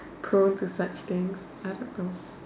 prone to such things I don't know